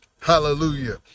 Hallelujah